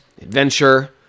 adventure